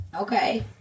Okay